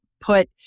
put